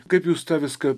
kaip jūs tą viską